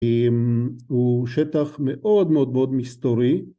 ‫הוא שטח מאוד מאוד מאוד מסתורי.